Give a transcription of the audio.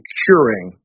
curing